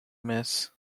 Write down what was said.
miss